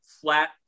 flat